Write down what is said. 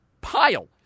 pile